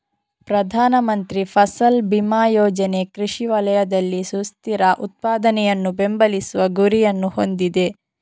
ಪ್ರಧಾನ ಮಂತ್ರಿ ಫಸಲ್ ಬಿಮಾ ಯೋಜನೆ ಕೃಷಿ ವಲಯದಲ್ಲಿ ಸುಸ್ಥಿರ ಉತ್ಪಾದನೆಯನ್ನು ಬೆಂಬಲಿಸುವ ಗುರಿಯನ್ನು ಹೊಂದಿದೆ